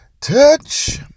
Touch